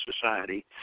society